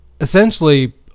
essentially